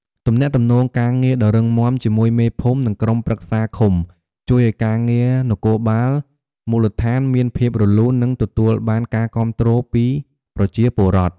ទំនាក់ទំនងការងារដ៏រឹងមាំជាមួយមេភូមិ និងក្រុមប្រឹក្សាឃុំ ជួយឱ្យការងារនគរបាលមូលដ្ឋានមានភាពរលូន និងទទួលបានការគាំទ្រពីប្រជាពលរដ្ឋ។